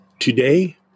Today